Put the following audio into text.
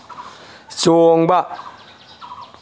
ꯆꯣꯡꯕ